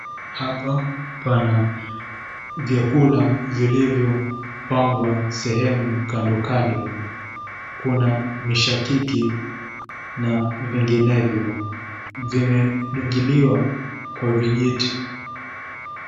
Hapa pana vyakula vilivyopangwa sehemu kando kando. Kuna mishakiki na vinginevyo. Vimedungiliwa kwa vijiti.